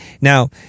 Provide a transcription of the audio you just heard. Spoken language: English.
now